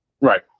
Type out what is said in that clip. Right